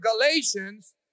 Galatians